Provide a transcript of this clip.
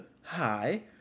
Hi